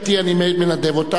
אני מנדב אותה,